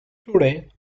today